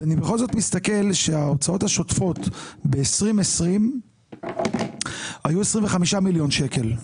אני בכל זאת רואה שההוצאות השוטפות ב-2020 היו 25 מיליון שקלים.